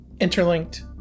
Interlinked